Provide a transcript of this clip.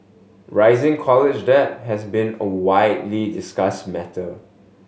rising college debt has been a widely discussed matter